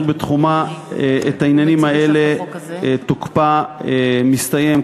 בתחומה את העניינים האלה תוקפה מסתיים,